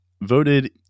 voted